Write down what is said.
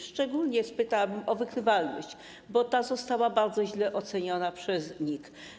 Szczególnie spytam o wykrywalność, bo ta została bardzo źle oceniona przez NIK.